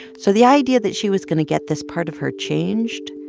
so the idea that she was going to get this part of her changed,